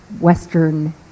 Western